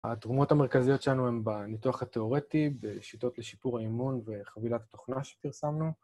התרומות המרכזיות שלנו הן בניתוח התיאורטי, בשיטות לשיפור האמון וחבילת התוכנה שפרסמנו.